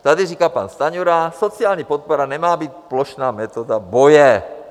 Tady říkal pan Stanjura: sociální podpora nemá být plošná metoda boje.